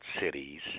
cities